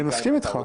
אני מסכים אתך.